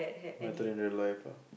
mattered in your life ah